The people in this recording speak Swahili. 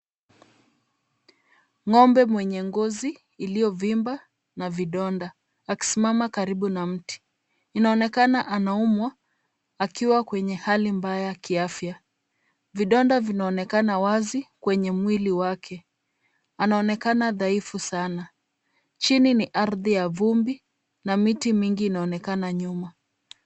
Ng'ombe mwenye ngozi iliyovimba na vidonda akisimama karibu na mti. Inaonekana anaumwa akiwa kwenye hali mbaya kiafya. Vidonda vinaonekana wazi kwenye mwili wake, anaonekana dhaifu sana, chini ni ardhi ya vumbi na miti mingi inaonekana nyuma.